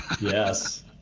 Yes